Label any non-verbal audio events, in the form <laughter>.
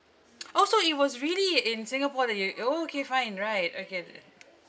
<noise> oh so it was really in singapore that your orh okay fine right okay <noise>